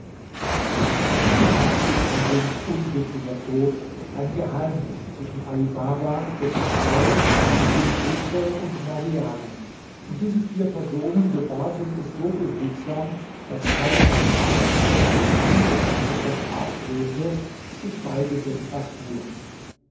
auf diese art blieb casims unglücklicher tod ein geheimnis zwischen ali baba dessen frau casims witwe und morgiane und diese vier personen bewahrten es so behutsam daß kein mensch in der stadt nur im mindesten etwas argwöhnte geschweige denn erfuhr